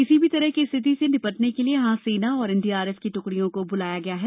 किसी भी तरह की स्थिति से निपटने के लिए यहां सेना और एनडीआर की दुकड़ियों को बुलाया गया है